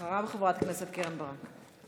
אחריו, חברת הכנסת קרן ברק.